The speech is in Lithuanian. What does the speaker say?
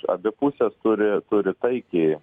abi pusės turi turi taikiai